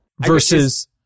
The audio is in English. Versus